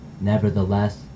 Nevertheless